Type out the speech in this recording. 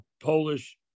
Polish